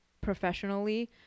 professionally